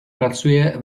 pracuje